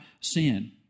sin